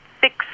six